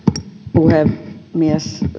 puhemies